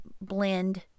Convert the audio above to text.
blend